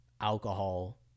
alcohol